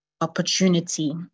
opportunity